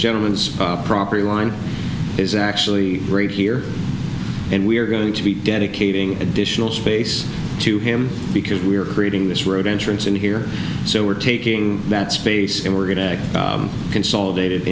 gentleman is property one is actually right here and we are going to be dedicating additional space to him because we're creating this road entrance in here so we're taking that space and we're going to consolidated